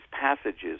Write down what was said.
passages